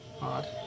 Odd